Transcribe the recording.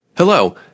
Hello